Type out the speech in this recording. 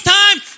time